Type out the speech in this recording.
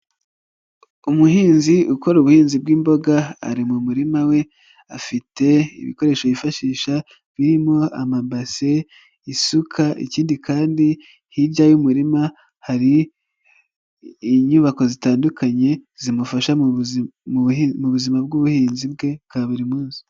Umuhinzi ukora ubuhinzi bw'imboga ari mu murima we, afite ibikoresho yifashisha birimo amabasi, isuka, ikindi kandi hirya y'umurima hari inyubako zitandukanye zimufasha mu zima bw'ubuhinzi bwe bwa buri munsi.